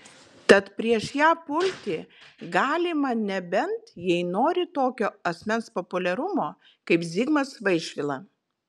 tad prieš ją pulti galima nebent jei nori tokio asmens populiarumo kaip zigmas vaišvila